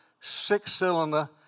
six-cylinder